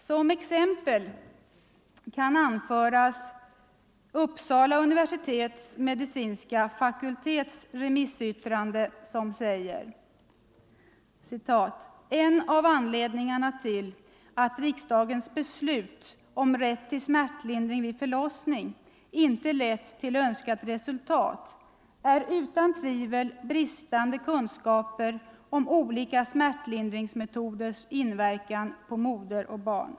Som exempel kan anföras Uppsala univerisitets medicinska fakultets remissyttrande, som säger: ”En av anledningarna till att riksdagens beslut om rätt till smärtlindring vid förlossning inte lett till önskat resultat är utan tvivel bristande kunskaper om olika smärtlindringsmetoders inverkan på modern och barnet.